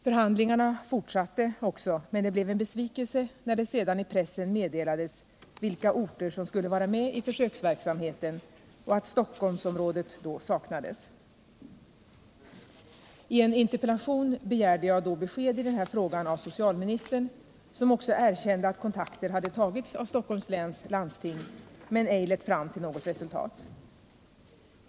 Förhandlingarna fortsatte också, men det blev en besvikelse när det sedan i pressen meddelades vilka orter som skulle vara med i försöksverksamheten och att Stockholmsområdet saknades. I en interpellation begärde jag då besked i den här frågan av socialministern, som också erkände att kontakter hade tagits av Stockholms läns landsting men ej lett fram till något resultat.